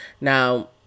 now